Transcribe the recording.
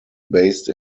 based